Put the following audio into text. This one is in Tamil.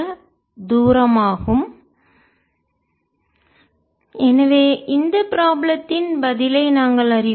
Vr 14π0σR ddzr R σR0ln Rr r≥R 0 r≤R எனவே இந்த ப்ராப்ளத்தின் கணக்கின் பதிலை நாங்கள் அறிவோம்